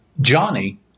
Johnny